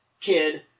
kid